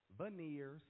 veneers